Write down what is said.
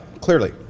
clearly